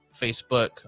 Facebook